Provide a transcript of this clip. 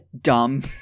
dumb